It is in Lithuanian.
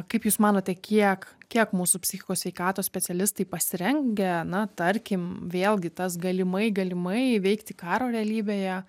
kaip jūs manote kiek kiek mūsų psichikos sveikatos specialistai pasirengę na tarkim vėlgi tas galimai galimai veikti karo realybėje